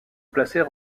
placer